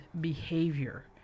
behavior